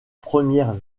premières